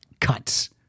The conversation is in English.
cuts